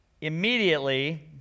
Immediately